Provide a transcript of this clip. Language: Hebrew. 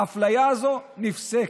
האפליה הזאת נפסקת.